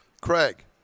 Craig